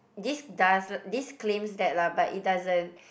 this doesn't this claims that lah but it doesn't